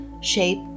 shape